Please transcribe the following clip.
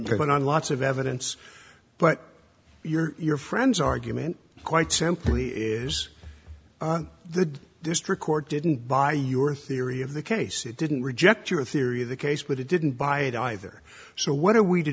on lots of evidence but your friends argument quite simply is the district court didn't buy your theory of the case it didn't reject your theory of the case but it didn't buy it either so what are we to